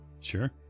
sure